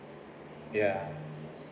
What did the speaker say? ya